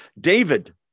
David